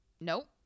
Nope